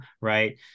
right